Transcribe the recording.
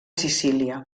sicília